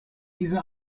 diese